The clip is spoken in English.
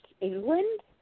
England